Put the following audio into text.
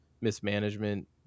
mismanagement